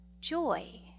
joy